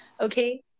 Okay